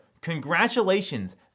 Congratulations